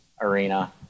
arena